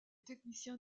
techniciens